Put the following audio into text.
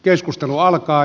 keskustelu alkaa